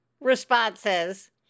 responses